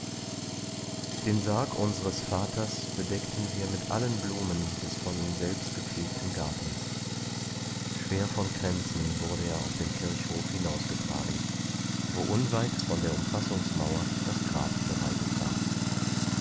den sarg unseres vaters bedeckten wir mit allen blumen des von ihm selbst gepflegten gartens schwer von kränzen wurde er auf den kirchhof hinausgetragen wo unweit von der umfassungsmauer das grab bereitet war